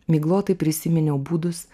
miglotai prisiminiau būdus